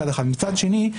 מצד שני,